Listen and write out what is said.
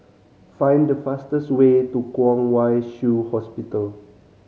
find the fastest way to Kwong Wai Shiu Hospital